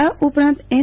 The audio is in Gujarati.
આ ઉપરાંત એન